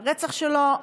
לרצח שלו,